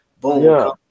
boom